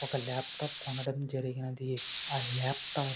ఒక ల్యాప్టాప్ కొనడం జరిగింది ఆ ల్యాప్టాప్